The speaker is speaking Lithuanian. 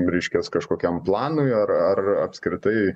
reiškias kažkokiam planui ar ar apskritai